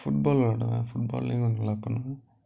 football விளாடுவேன் புட்பால்லேயும் நான் நல்லா பண்ணுவேன்